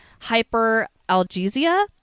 hyperalgesia